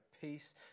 peace